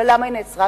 למה היא נעצרה?